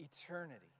eternity